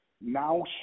now